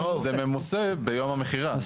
זה ממוסה ביום המכירה.